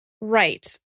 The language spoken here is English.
Right